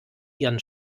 ihren